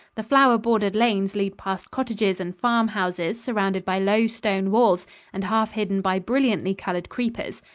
the flower-bordered lanes lead past cottages and farm houses surrounded by low stone walls and half hidden by brilliantly colored creepers.